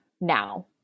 now